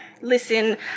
Listen